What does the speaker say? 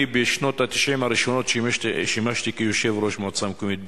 בשנות ה-90 הראשונות שימשתי כיושב-ראש המועצה המקומית בית-ג'ן,